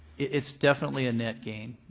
it's definitely a net gain.